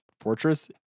fortress